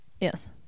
Yes